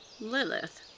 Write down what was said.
Lilith